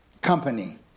company